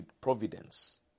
providence